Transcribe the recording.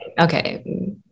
Okay